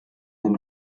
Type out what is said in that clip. den